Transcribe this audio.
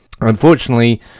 Unfortunately